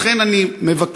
ולכן אני מבקש,